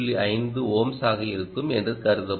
5 ohms ஆக இருக்கும் என்று கருதப்படும்